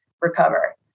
recover